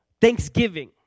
Thanksgiving